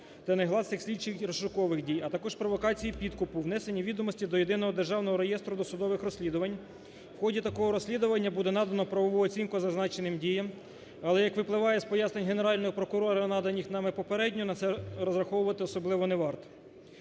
та негласних слідчих розшукових дій, а також провокації підкупу, внесені відомості до Єдиного державного реєстру досудових розслідувань. В ході такого розслідування буде надано правову оцінку зазначеним діям. Але як випливає з пояснень Генерального прокурора, надані нам попередньо, на це розраховувати особливо не варто.